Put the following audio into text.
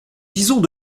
disons